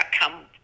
outcome